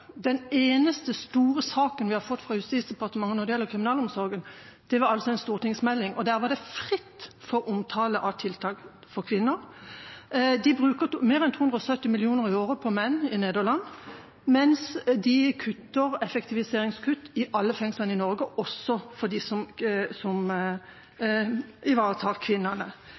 der var det fritt for omtale av tiltak for kvinner. De bruker mer enn 270 mill. kr i året på menn i Nederland, mens de kutter – effektiviseringskutt – i alle fengslene i Norge, også for dem som ivaretar kvinnene. Arbeiderpartiet har i motsetning til regjeringen hvert år levert budsjettforslag som